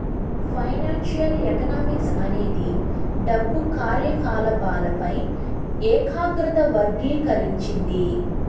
financial economics అనేది డబ్బు కార్యకాలపాలపై ఏకాగ్రత వర్గీకరించింది